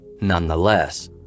Nonetheless